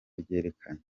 ryerekanye